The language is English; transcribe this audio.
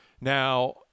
Now –